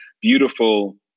beautiful